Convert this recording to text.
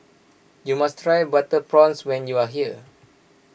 you must try Butter Prawns when you are here